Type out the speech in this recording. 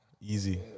easy